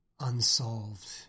unsolved